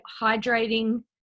hydrating